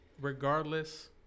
regardless